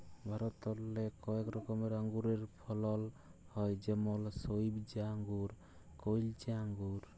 ভারতেল্লে কয়েক রকমের আঙুরের ফলল হ্যয় যেমল সইবজা আঙ্গুর, কাইলচা আঙ্গুর